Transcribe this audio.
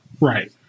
Right